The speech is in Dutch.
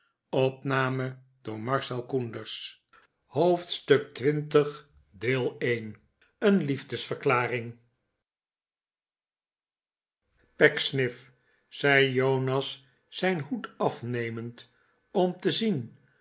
liefdesverklaiing pecksniff zei jonas zijn hoed afnemend om te zien